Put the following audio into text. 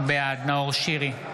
בעד נאור שירי,